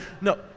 No